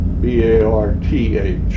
B-A-R-T-H